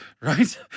right